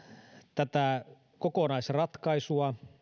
tätä kokonaisratkaisua